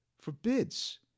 forbids